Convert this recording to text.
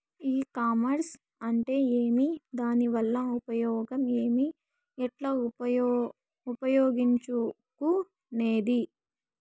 ఈ కామర్స్ అంటే ఏమి దానివల్ల ఉపయోగం ఏమి, ఎట్లా ఉపయోగించుకునేది?